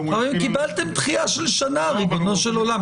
קיבלתם דחייה של שנה, ריבונו של עולם.